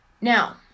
now